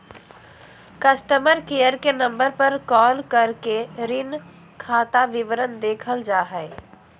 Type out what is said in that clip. customer care के number पर call करके ऋण खाता विवरण देखल जा हय